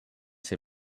say